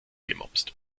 gemopst